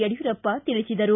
ಯಡಿಯೂರಪ್ಪ ತಿಳಿಸಿದರು